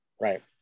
Right